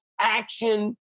action